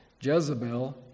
Jezebel